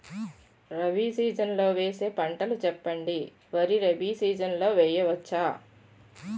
Rabi season లో వేసే పంటలు చెప్పండి? వరి రబీ సీజన్ లో వేయ వచ్చా?